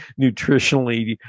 nutritionally